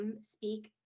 speak